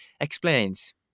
explains